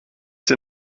dir